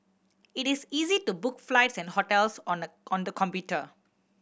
it is easy to book flights and hotels on the on the computer